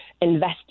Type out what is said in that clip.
invest